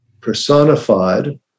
personified